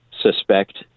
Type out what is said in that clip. suspect